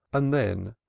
and then,